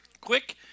Quick